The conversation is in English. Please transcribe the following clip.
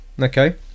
Okay